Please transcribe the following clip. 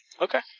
Okay